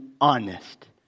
honest